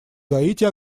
гаити